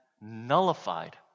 nullified